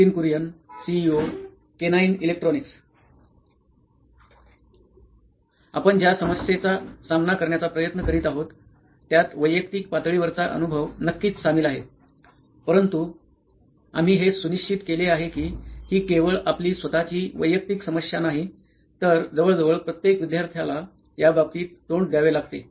Nitin Kurian COO Canine Electronics आपण ज्या समस्येचा सामना करण्याचा प्रयत्न करीत आहोत त्यात वैयक्तिक पातळीवरचा अनुभव नक्कीच सामील आहे परंतु आम्ही हे सुनिश्चित केले आहे की ही केवळ आपली स्वतःची वैयक्तिक समस्या नाही तर जवळजवळ प्रत्येक विद्यार्थ्याला याबाबतीत तोंड द्यावे लागते